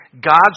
God's